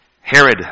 Herod